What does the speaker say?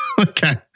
Okay